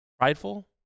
Prideful